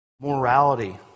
Morality